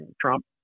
Trump